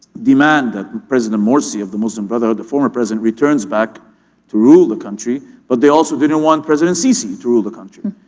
demand that president morsi of the muslim brotherhood, the former president returns back to rule the country but they also didn't want president sisi to rule the country.